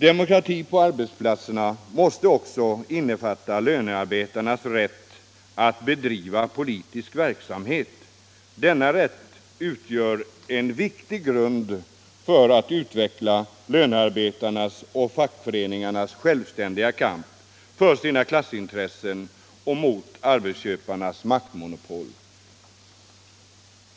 Demokrati på arbetsplatserna måste också innefatta lönarbetarnas rätt att bedriva politisk verksamhet. Denna rätt utgör en viktig grund för att utveckla lönarbetarnas och fackföreningarnas självständiga kamp för sina klassintressen och mot arbetsköparnas maktmonopol.